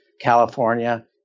California